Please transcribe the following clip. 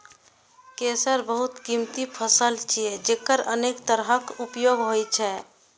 केसर बहुत कीमती फसल छियै, जेकर अनेक तरहक उपयोग होइ छै